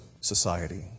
society